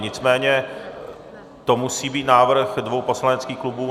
Nicméně to musí být návrh dvou poslaneckých klubů.